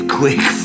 quick